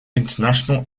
international